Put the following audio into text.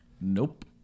Nope